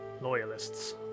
loyalists